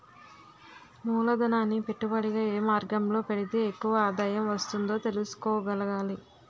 మూలధనాన్ని పెట్టుబడిగా ఏ మార్గంలో పెడితే ఎక్కువ ఆదాయం వస్తుందో తెలుసుకోగలగాలి